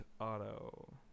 Auto